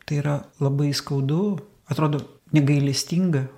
tai yra labai skaudu atrodo negailestinga